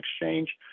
exchange